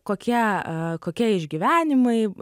kokie kokie išgyvenimai